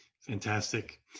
Fantastic